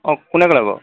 অঁ কোনে ক'লে বাৰু